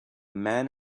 man